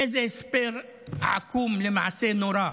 איזה הסבר עקום למעשה נורא,